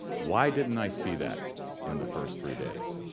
why didn't i see that in the first three days.